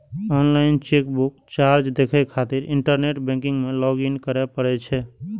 online chequebook charge देखै खातिर internet banking मे लॉग इन करै पड़ै छै